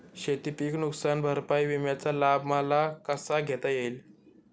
शेतीपीक नुकसान भरपाई विम्याचा लाभ मला कसा घेता येईल?